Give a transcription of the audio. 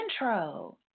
intro